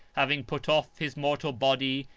having put off his mortal body,